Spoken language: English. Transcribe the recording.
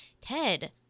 Ted